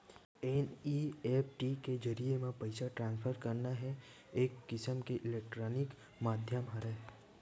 NEFT के जरिए म पइसा ट्रांसफर करना ह एक किसम के इलेक्टानिक माधियम हरय